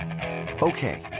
Okay